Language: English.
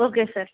okay sir